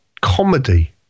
comedy